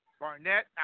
Barnett